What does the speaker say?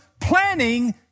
Planning